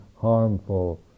harmful